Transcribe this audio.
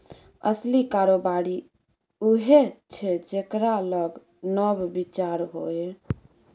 असली कारोबारी उएह छै जेकरा लग नब विचार होए